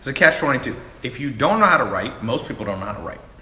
it's a catch twenty two. if you don't know how to write, most people don't know how to write.